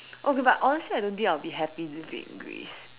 okay but honestly I don't think I'll be happy living in Greece